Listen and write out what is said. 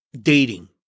dating